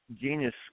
genius